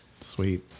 Sweet